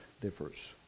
differs